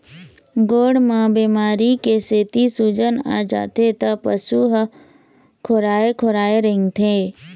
गोड़ म बेमारी के सेती सूजन आ जाथे त पशु ह खोराए खोराए रेंगथे